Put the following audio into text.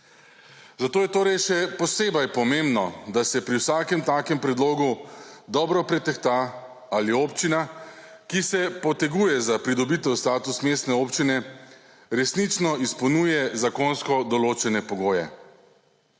zato je torej še posebej pomembno, da se pri vsakem takem predlogu dobro pretehta ali občina, ki se poteguje za pridobitev status mestne občine resnično izpolnjuje zakonsko določene pogoje.